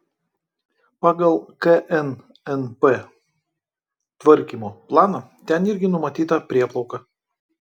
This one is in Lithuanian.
pagal knnp tvarkymo planą ten irgi numatyta prieplauka